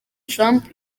trump